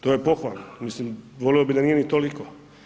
To je pohvalno, mislim volio bih da nije ni toliko.